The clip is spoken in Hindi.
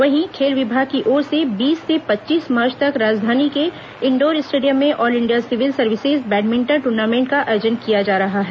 वहीं खेल विभाग की ओर से बीस से पच्चीस मार्च तक राजधानी के इंडोर स्टेडियम में all India civil services badminton tournament का आयोजन किया जा रहा है